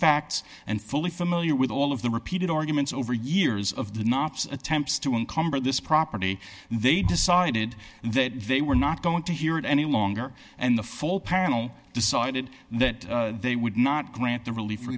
facts and fully familiar with all of the repeated arguments over years of the nots attempts to encumber this property they decided that they were not going to hear it any longer and the full panel decided that they would not grant the relief